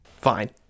Fine